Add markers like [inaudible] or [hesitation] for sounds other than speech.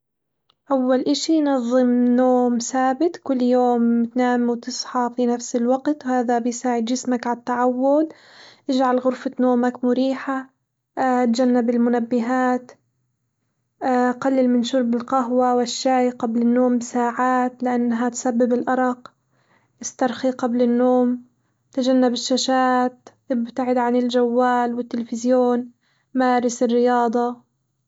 أول إشي نظم نوم ثابت كل يوم تنام وتصحى في نفس الوقت، هذا بيساعد جسمك على التعود، اجعل غرفة نومك مريحة، [hesitation] اتجنب المنبهات، قلّل من شرب القهوة والشاي قبل النوم بساعات لإنها تسبب الأرق، استرخي قبل النوم، تجنب الشاشات ابتعد عن الجوال والتلفزيون، مارس الرياضة.